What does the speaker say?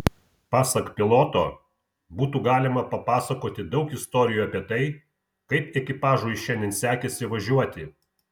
pasak piloto būtų galima papasakoti daug istorijų apie tai kaip ekipažui šiandien sekėsi važiuoti